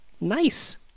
nice